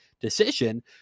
decision